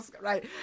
Right